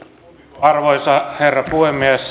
arvoisa herra puhemies